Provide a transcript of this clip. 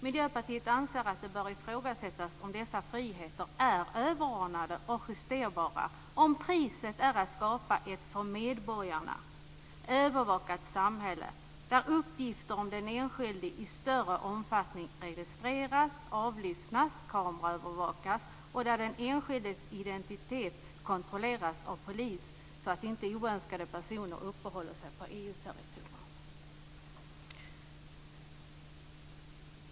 Miljöpartiet anser att det bör ifrågasättas om dessa friheter är överordnade och justerbara om priset är att det skapas ett för medborgarna övervakat samhälle, där uppgifter om den enskilde i större omfattning registreras, där den enskilde avlyssnas och kameraövervakas och den enskildes identitet kontrolleras av polis, så att inte oönskade personer uppehåller sig på EU-territorium.